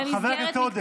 חבר הכנסת עודה.